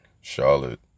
Charlotte